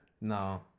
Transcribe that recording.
No